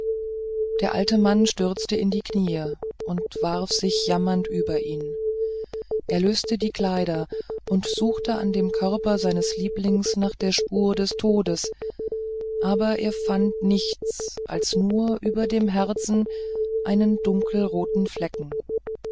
der alte mann stürzte in die knie und warf sich jammernd über ihn er löste die kleider und suchte an dem körper seines lieblings nach der spur des todes aber er fand nichts als nur über dem herzen einen dunkelroten flecken